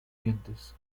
dientes